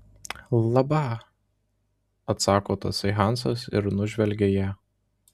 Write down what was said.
laba atsako tasai hansas ir nužvelgia ją